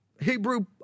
Hebrew